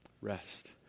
Rest